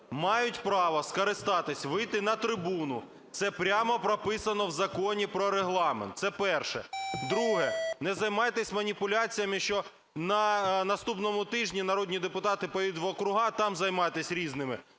мають право скористатись, вийти на трибуну, це прямо прописано в Законі про Регламент. Це перше. Друге. Не займайтесь маніпуляціями, що на наступному тижні народні депутати поїдуть в округи, там займайтесь "Різними".